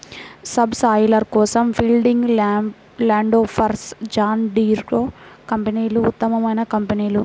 sub soiler కోసం fielding, Landforce, John Deere కంపెనీలు ఉత్తమమైన కంపెనీలు